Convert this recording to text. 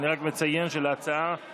שזה אומר 41